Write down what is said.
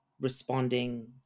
responding